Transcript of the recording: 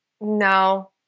No